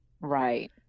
Right